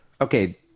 okay